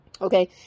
okay